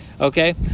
Okay